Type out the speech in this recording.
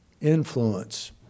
influence